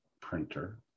printer